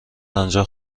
آنجا